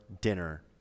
dinner